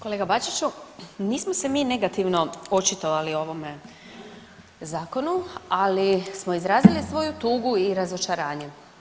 Kolega Bačiću, nismo se mi negativno očitovali o ovome zakonu, ali smo izrazili svoju tugu i razočaranje.